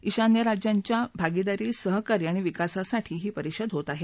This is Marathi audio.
ईशान्य राज्यांच्या भागीदारी सहकार्य आणि विकासासाठी ही परिषद होत आहे